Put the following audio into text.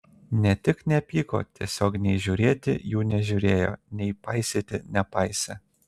ne tik nepyko tiesiog nei žiūrėti jų nežiūrėjo nei paisyti nepaisė